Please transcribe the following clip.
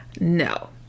No